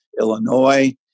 Illinois